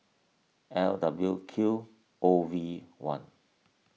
L W Q O V one